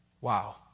Wow